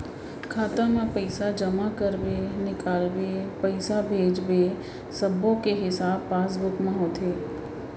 खाता म पइसा जमा करबे, निकालबे, पइसा भेजबे सब्बो के हिसाब पासबुक म होथे